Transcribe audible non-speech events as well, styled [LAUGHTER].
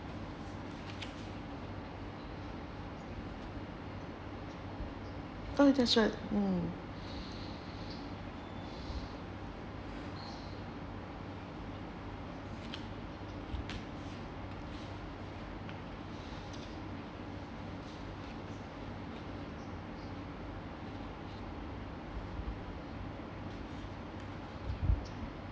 oh that's right mm [BREATH]